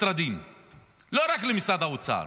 לא רק למשרד האוצר,